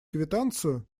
квитанцию